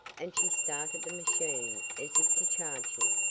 and she started the machine as if to charge him.